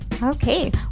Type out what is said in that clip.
Okay